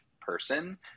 person